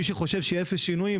מי שחושב שיהיו אפס שינויים,